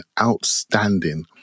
outstanding